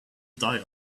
die